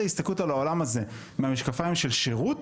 ההסתכלות על העולם הזה מהמשקפיים של שירות,